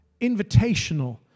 Invitational